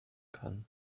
kann